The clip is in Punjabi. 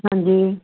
ਹਾਂਜੀ ਜੀ